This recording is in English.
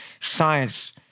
Science